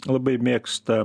labai mėgsta